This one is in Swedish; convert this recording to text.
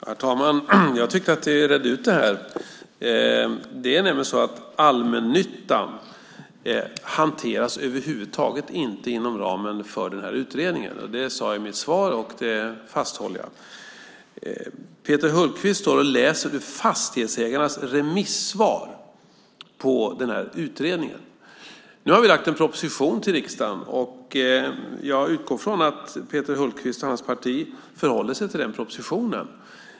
Herr talman! Jag tyckte att vi redde ut det här. Det är nämligen så att allmännyttan över huvud taget inte hanteras inom ramen för den här utredningen. Det sade jag i mitt svar, och det håller jag fast vid. Peter Hultqvist står och läser ur Fastighetsägarnas remissvar på utredningen. Nu har vi lagt fram en proposition till riksdagen, och jag utgår från att Peter Hultqvist och hans parti förhåller sig till den propositionen.